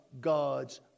God's